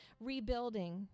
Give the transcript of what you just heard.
rebuilding